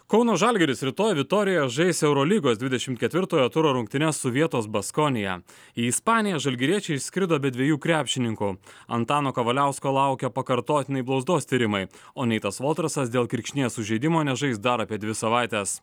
kauno žalgiris rytoj vitorijoje žais eurolygos dvidešimt ketvirtojo turo rungtynes su vietos baskonija į ispaniją žalgiriečiai išskrido be dviejų krepšininkų antano kavaliausko laukia pakartotinai blauzdos tyrimai o neitas voltrasas dėl kirkšnies sužeidimo nežais dar apie dvi savaites